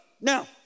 now